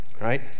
right